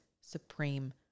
Supreme